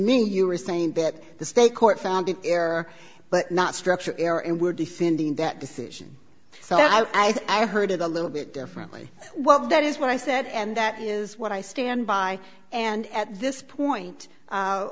me you were saying that the state court found an error but not structure error and we're defending that decision so i think i heard it a little bit differently well that is what i said and that is what i stand by and at this point